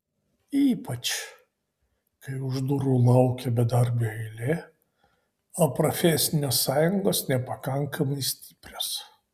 ypač kai už durų laukia bedarbių eilė o profesinės sąjungos nepakankamai stiprios